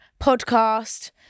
podcast